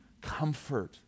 comfort